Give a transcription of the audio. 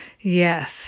Yes